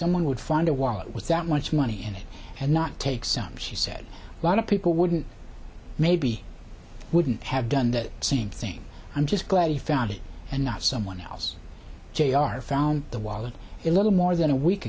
someone would find a wallet with that much money in it and not take some she said lot of people wouldn't maybe wouldn't have done that same thing i'm just glad he found it and not someone else jr found the wallet a little more than a week